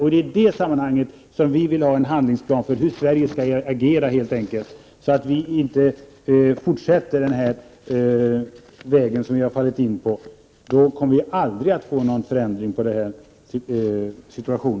Det är i dylika sammanhang vi vill ha en handlingsplan för hur Sverige skall agera så att vi inte fortsätter på den väg vi har slagit in på, för då kommer vi aldrig att få någon ändring på denna situation.